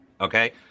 Okay